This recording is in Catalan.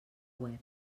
web